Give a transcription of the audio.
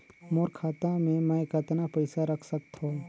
मोर खाता मे मै कतना पइसा रख सख्तो?